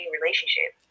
relationship